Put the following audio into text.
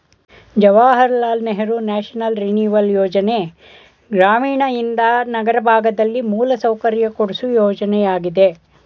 Jawahar Lal Nehru national renewal ಯೋಜನೆ ಗ್ರಾಮೀಣಯಿಂದ ನಗರ ಭಾಗದಲ್ಲಿ ಮೂಲಸೌಕರ್ಯ ಕೊಡ್ಸು ಯೋಜನೆಯಾಗಿದೆ